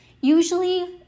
usually